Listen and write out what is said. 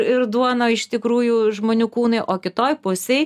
ir duona iš tikrųjų žmonių kūnai o kitoj pusėj